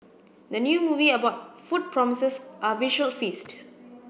the new movie about food promises a visual feast